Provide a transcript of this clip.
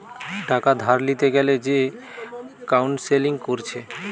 টাকা ধার লিতে গ্যালে যে কাউন্সেলিং কোরছে